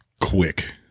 quick